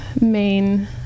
main